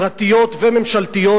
פרטיות וממשלתיות,